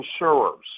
insurers